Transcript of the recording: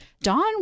Dawn